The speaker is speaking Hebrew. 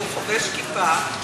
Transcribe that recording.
שהוא חובש כיפה,